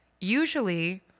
Usually